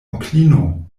onklino